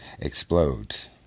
explodes